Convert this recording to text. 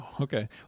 okay